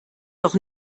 doch